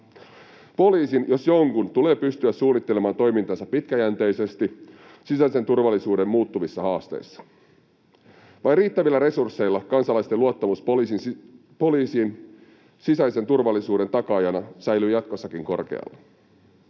Poliisin jos jonkun tulee pystyä suunnittelemaan toimintaansa pitkäjänteisesti sisäisen turvallisuuden muuttuvissa haasteissa. Vain riittävillä resursseilla kansalaisten luottamus poliisiin sisäisen turvallisuuden takaajana säilyy jatkossakin korkealla.